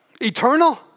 eternal